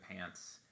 pants